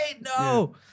No